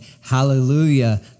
Hallelujah